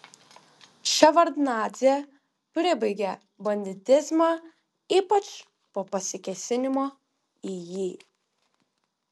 ševardnadzė pribaigė banditizmą ypač po pasikėsinimo į jį